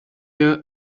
the